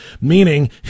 meaning